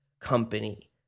company